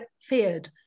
feared